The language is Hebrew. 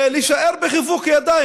ולהישאר בחיבוק ידיים.